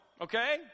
Okay